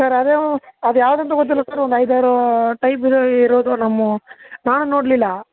sir ಅದೇ ಅದು ಯಾವ್ದು ಅಂತ ಗೊತ್ತಿಲ್ಲ ಸರ್ ಒಂದು ಐದು ಆರು ಟೈಪ್ ಇದು ಇರೋದು ನಮ್ಮ ನಾನು ನೋಡಲಿಲ್ಲ